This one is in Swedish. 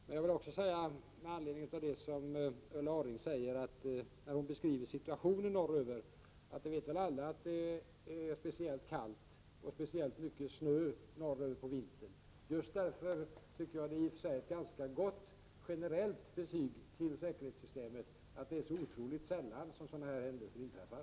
Med anledning av Ulla Orrings beskrivning av situationen norröver vill jag säga att alla vet väl att det där uppe är speciellt kallt och speciellt mycket snö på vintern. Just därför tycker jag att det i och för sig är ett ganska gott generellt betyg åt säkerhetssystemet att det är så otroligt sällan som sådana här händelser inträffar.